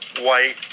white